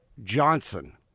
johnson